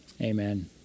Amen